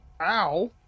Ow